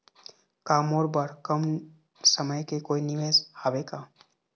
का मोर बर कम समय के कोई निवेश हावे का?